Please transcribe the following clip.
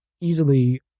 easily